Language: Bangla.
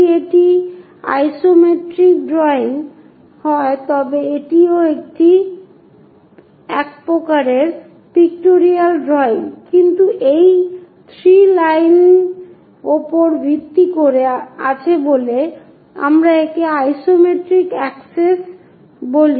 যদি এটি আইসোমেট্রিক ড্রইং হয় তবে এটিও একটি প্রকারের পিক্টোরিয়াল ড্রয়িং কিন্তু এই 3 লাইনের উপর ভিত্তি করে আছে বলে আমরা একে আইসোমেট্রিক অ্যাক্সেস বলি